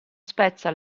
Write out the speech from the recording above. spezza